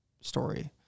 story